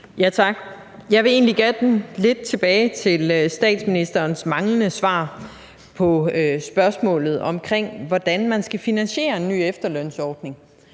egentlig gerne lidt tilbage til statsministerens manglende svar på spørgsmålet om, hvordan man skal finansiere en ny efterlønsordning.